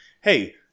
hey